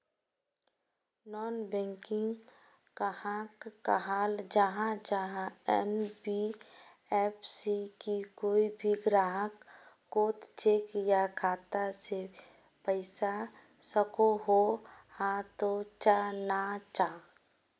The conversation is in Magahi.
नॉन बैंकिंग कहाक कहाल जाहा जाहा एन.बी.एफ.सी की कोई भी ग्राहक कोत चेक या खाता से पैसा सकोहो, हाँ तो चाँ ना चाँ?